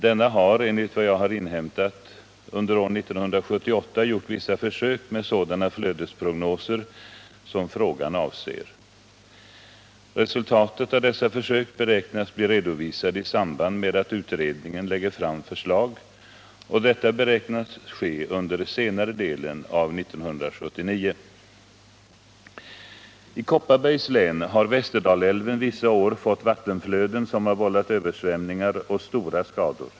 Denna har enligt vad jag har inhämtat under år 1978 gjort vissa försök med sådana flödesprognoser som frågan avser. Resultat av dessa försök beräknas bli redovisade i samband med att utredningen lägger fram förslag. Detta beräknas ske under senare delen av år 1979. I Kopparbergs län har Västerdalälven vissa år fått vattenflöden som har vållat översvämningar och stora skador.